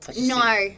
No